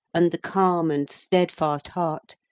and the calm and steadfast heart,